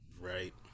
Right